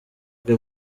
bwe